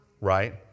Right